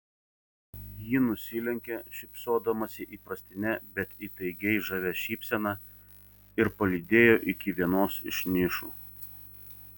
ji nusilenkė šypsodamasi įprastine bet įtaigiai žavia šypsena ir palydėjo iki vienos iš nišų